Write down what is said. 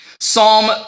Psalm